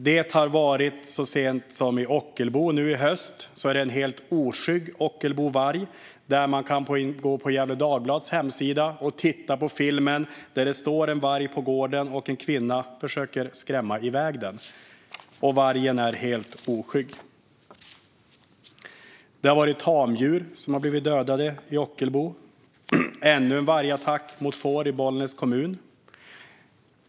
I Ockelbo har under hösten funnits en helt oskygg varg. På Gefle Dagblads hemsida kan man se en film där en kvinna försöker skrämma iväg en varg som står på hennes gårdsplan. Vi kan läsa att tamdjur har dödats i Ockelbo och att det har varit ännu en vargattack mot får i Bollnäs kommun.